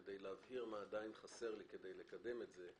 כדי להבהיר מה עדיין חסר לי כדי לקדם את זה,